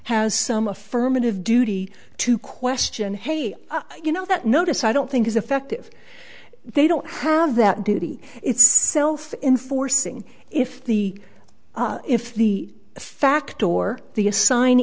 has some affirmative duty to question hey you know that notice i don't think is effective they don't have that duty itself in forcing if the if the fact or the assigne